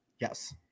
Yes